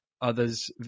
Others